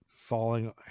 Falling